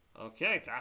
Okay